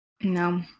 no